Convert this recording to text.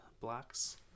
blocks